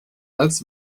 als